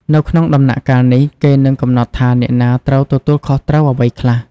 នៅក្នុងដំណាក់កាលនេះ គេនឹងកំណត់ថាអ្នកណាត្រូវទទួលខុសត្រូវអ្វីខ្លះ។